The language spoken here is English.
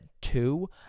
two